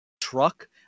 truck